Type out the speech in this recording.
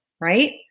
right